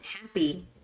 happy